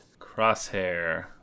crosshair